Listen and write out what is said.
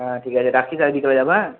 হ্যাঁ ঠিক আছে রাখি ভাই বিকালে যাব হ্যাঁ